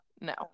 no